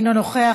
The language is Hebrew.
אינו נוכח,